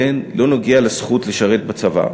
כן, לא נוגע לזכות לשרת בצבא,